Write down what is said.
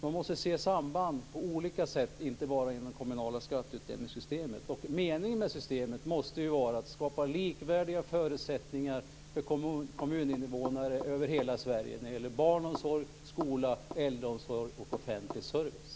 Man måste alltså se samband på olika sätt, inte bara inom det kommunala skatteutjämningssystemet. Meningen med systemet måste ju vara att skapa likvärdiga förutsättningar för kommuninvånare över hela Sverige när det gäller barnomsorg, skola, äldreomsorg och offentlig service.